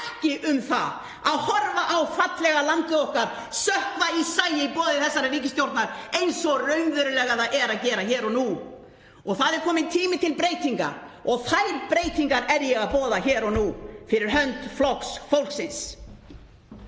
ekki um það að horfa á fallega landið okkar sökkva í sæ í boði þessarar ríkisstjórnar eins og það er raunverulega að gera hér og nú. Það er kominn tími til breytinga og þær breytingar er ég að boða hér og nú fyrir hönd Flokks fólksins.